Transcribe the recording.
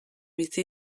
bizi